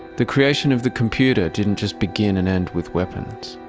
the creation of the computer didn't just begin and end with weapons.